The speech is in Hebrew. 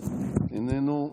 איננו.